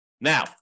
Now